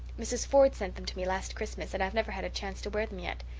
mrs. ford sent them to me last christmas and i've never had a chance to wear them yet.